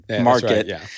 market